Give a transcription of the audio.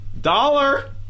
Dollar